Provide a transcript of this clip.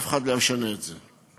אף אחד לא ישנה את זה.